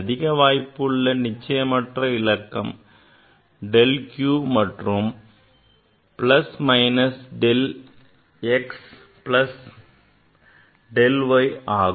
அதிக வாய்ப்புள்ள நிச்சயமற்ற இலக்கம் del q என்பது plus minus del x plus del y ஆகும்